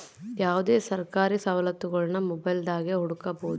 ಯಾವುದೇ ಸರ್ಕಾರಿ ಸವಲತ್ತುಗುಳ್ನ ಮೊಬೈಲ್ದಾಗೆ ಹುಡುಕಬೊದು